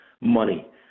Money